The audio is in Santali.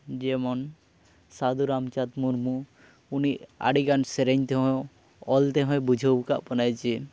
ᱡᱮᱢᱚᱱ ᱥᱟᱹᱫᱷᱩ ᱨᱟᱢᱪᱟᱸᱫᱽ ᱢᱩᱨᱢᱩ ᱩᱱᱤ ᱟᱹᱰᱤᱜᱟᱱ ᱥᱮᱨᱮᱧ ᱛᱮᱦᱚᱸ ᱚᱞ ᱛᱮᱦᱚᱸᱭ ᱵᱩᱡᱷᱟᱹᱣ ᱟᱠᱟᱫ ᱵᱚᱱᱟᱭ ᱡᱮ